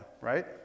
right